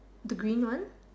the green one